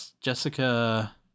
Jessica